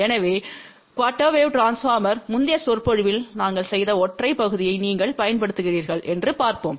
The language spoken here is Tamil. எனவே குஆர்டெர் வேவ் ட்ரான்ஸ்போர்மர்யின் முந்தைய சொற்பொழிவில் நாங்கள் செய்த ஒற்றை பகுதியை நீங்கள் பயன்படுத்துகிறீர்களா என்று பார்ப்போம்